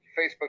Facebook